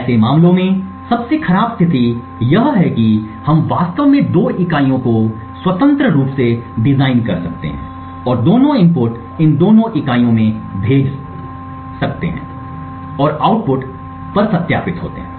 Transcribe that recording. ऐसे मामलों में सबसे खराब स्थिति यह है कि हम वास्तव में दो इकाइयों को स्वतंत्र रूप से डिज़ाइन कर सकते हैं और दोनों इनपुट इन दोनों इकाइयों में भेजे जाते हैं और आउटपुट पर सत्यापित होते हैं